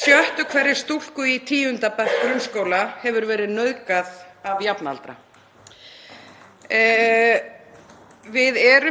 Sjöttu hverri stúlku í tíunda bekk grunnskóla hefur verið nauðgað af jafnaldra. Við hér